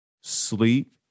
sleep